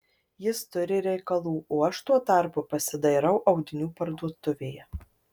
jis turi reikalų o aš tuo tarpu pasidairau audinių parduotuvėje